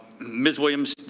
ms. williams,